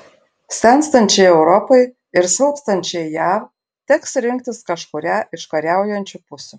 senstančiai europai ir silpstančiai jav teks rinktis kažkurią iš kariaujančių pusių